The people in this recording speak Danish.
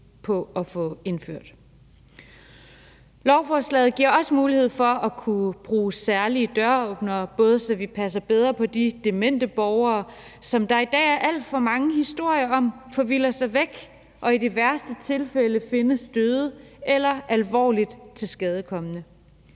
på at få indført. Lovforslaget giver også mulighed for at kunne bruge særlige døråbnere, så vi kan passe bedre på de demente borgere, som der i dag er alt for mange historier om forvilder sig væk og i de værste tilfælde findes døde eller alvorligt tilskadekomne.